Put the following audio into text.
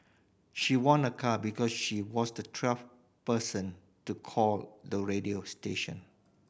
she won a car because she was the twelfth person to call the radio station